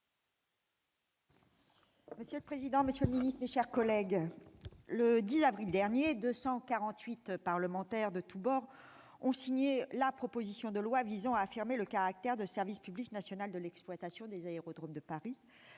Monsieur le président, monsieur le secrétaire d'État, mes chers collègues, le 10 avril dernier, 248 parlementaires de tous bords ont signé la proposition de loi visant à affirmer le caractère de service public national de l'exploitation des aérodromes de Paris,